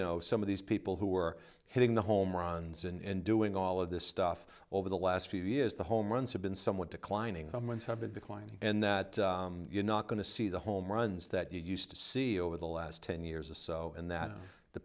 know some of these people who are hitting the home runs and doing all of this stuff over the last few years the home runs have been somewhat declining someone's have been declining and that you're not going to see the home runs that you used to see over the last ten years or so and that the